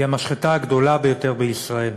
היא המשחטה הגדולה ביותר בישראל.